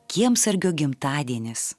kiemsargio gimtadienis